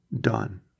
done